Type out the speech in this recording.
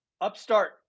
Upstart